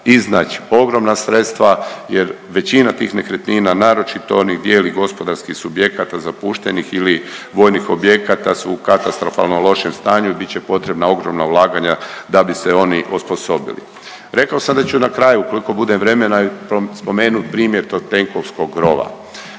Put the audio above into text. iznaći ogromna sredstva jer većina tih nekretnina, naročito onih bijelih gospodarskih subjekata, zapuštenih ili vojnih objekata su u katastrofalno lošem stanju, bit će potrebna ogromna ulaganja da bi se oni osposobili. Rekao sam da ću na kraju, koliko bude vremena spomenuti i primjer tog tenkovskog rova.